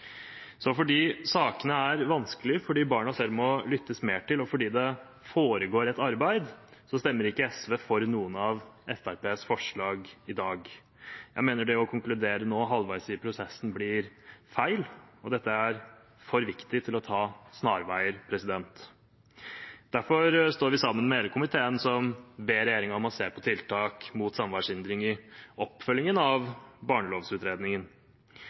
Så fordi sakene er vanskelige, fordi barna selv må lyttes mer til, og fordi det foregår et arbeid, stemmer ikke SV for noen av Fremskrittspartiets opprinnelige forslag i dag. Jeg mener at å konkludere nå, halvveis i prosessen, blir feil, for dette er for viktig til å ta snarveier. Vi står sammen med hele komiteen om å be regjeringen se på tiltak mot samværshindring i oppfølgingen av